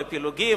על הפילוגים,